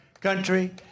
country